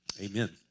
Amen